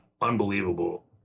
unbelievable